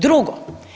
Drugo.